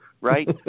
right